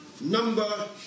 number